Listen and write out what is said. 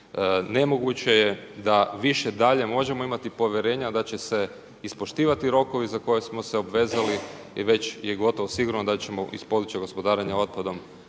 nemoguće je da više dalje možemo imati povjerenja da će se ispoštivati rokovi za koje smo se obvezali i već je gotovo sigurno da ćemo iz područja gospodarenja otpadom